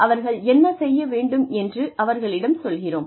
அவர்கள் என்ன செய்ய வேண்டும் என்று அவர்களிடம் சொல்கிறோம்